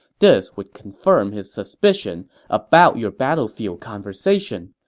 this would confirm his suspicion about your battlefield conversation,